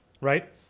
right